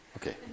Okay